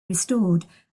restored